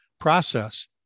process